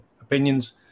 opinions